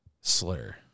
slur